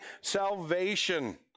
salvation